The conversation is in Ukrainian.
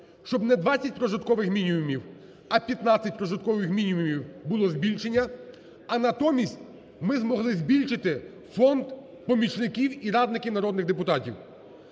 Щоб не 20 прожиткових мінімумів, а 15 прожиткових мінімумів було збільшення, а натомість ми змогли збільшити фонд помічників і радників народних депутатів.